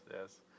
yes